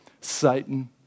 Satan